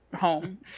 home